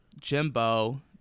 Jimbo